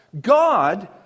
God